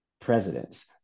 presidents